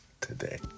today